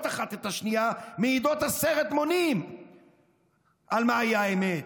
אחת את השנייה מעידות עשרת מונים מהי האמת,